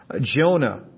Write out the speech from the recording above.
Jonah